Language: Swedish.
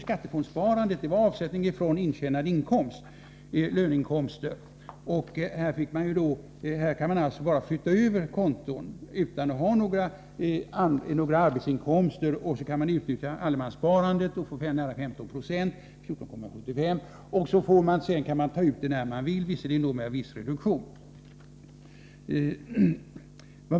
Skattefondssparandet gällde ju avsättning från intjänade inkomster, löneinkomster. Här kan man alltså bara flytta över sparandet mellan olika konton utan att ha några arbetsinkomster. Man kan utnyttja allemanssparandet och få 14,75 9o ränta, och man kan sedan ta ut pengarna när man vill — visserligen med viss reduktion.